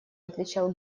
отвечал